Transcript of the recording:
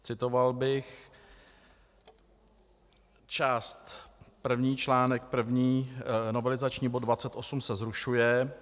Citoval bych: Část první článek první novelizační bod 28 se zrušuje.